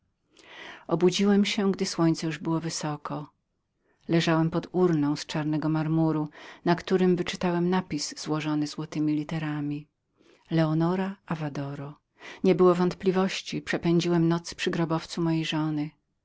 obudziłem się gdy słońce już było wysoko leżałem pod urną z czarnego marmuru na którym wyczytałem napis tu leży leonora avadoro nie było wątpienia przepędziłem noc przy grobowcu mojej żony